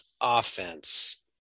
offense